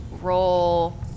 roll